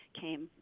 came